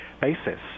basis